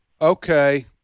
Okay